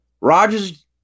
Rogers